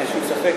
אין שום ספק,